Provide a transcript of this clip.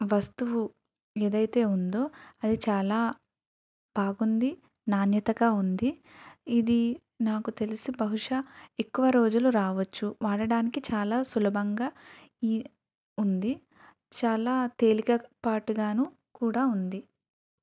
వస్తువు ఏదైతే ఉందో అది చాలా బాగుంది నాణ్యతగా ఉంది ఇది నాకు తెలిసి బహుశా ఎక్కువ రోజులు రావచ్చు వాడడానికి చాలా సులభంగా ఇది ఉంది చాలా తేలిక పాటు గాను కూడా ఉంది